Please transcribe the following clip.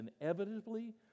inevitably